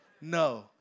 no